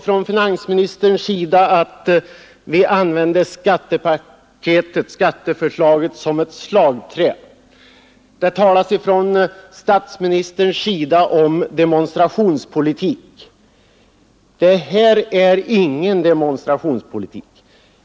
Finansministern sade att vi använde skatteförslaget som ett slagträ, och statsministern talade om demonstrationspolitik. Det här är ingen demonstrationspolitik.